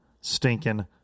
stinking